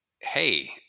Hey